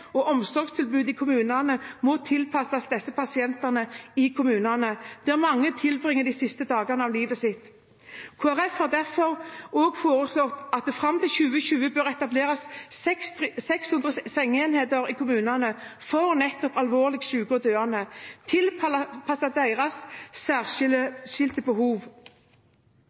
og omsorgstilbudet i kommunene må tilpasses disse pasientene, der mange tilbringer de siste dagene av livet sitt. Kristelig Folkeparti har derfor også foreslått at det fram mot 2020 bør etableres 600 sengeenheter i kommunene for nettopp alvorlig syke og døende, tilpasset deres særskilte behov. Kristelig Folkeparti foreslo også i budsjettet for neste år å legge til